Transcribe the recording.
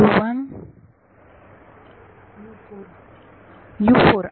विद्यार्थी